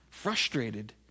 frustrated